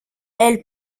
elle